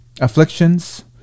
afflictions